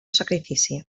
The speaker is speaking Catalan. sacrifici